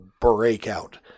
breakout